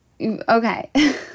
Okay